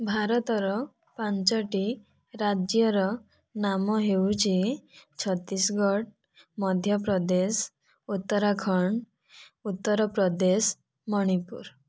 ଭାରତର ପାଞ୍ଚୋଟି ରାଜ୍ୟର ନାମ ହେଉଛି ଛତିଶଗଡ଼ ମଧ୍ୟପ୍ରଦେଶ ଉତ୍ତରାଖଣ୍ଡ ଉତ୍ତରପ୍ରଦେଶ ମଣିପୁର